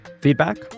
feedback